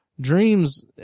dreams